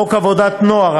38. חוק עבודת הנוער,